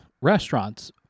restaurants